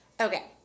Okay